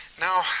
Now